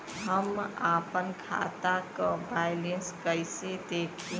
हम आपन खाता क बैलेंस कईसे देखी?